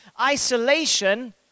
Isolation